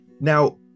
Now